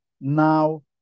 now